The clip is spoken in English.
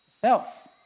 self